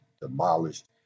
demolished